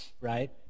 right